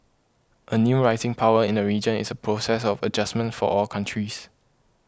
a new rising power in the region is a process of adjustment for all countries